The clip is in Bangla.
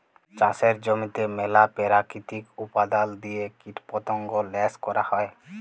চাষের জমিতে ম্যালা পেরাকিতিক উপাদাল দিঁয়ে কীটপতঙ্গ ল্যাশ ক্যরা হ্যয়